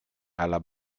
alla